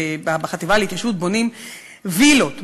בחטיבה להתיישבות בונים וילות.